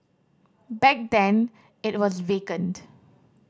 back then it was vacant